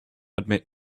admit